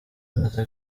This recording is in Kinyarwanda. amaze